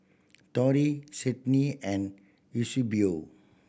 Torey Cydney and Eusebio